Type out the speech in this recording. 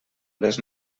les